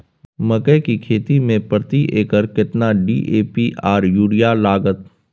मकई की खेती में प्रति एकर केतना डी.ए.पी आर यूरिया लागत?